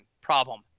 Problem